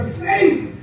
faith